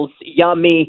yummy